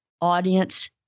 audience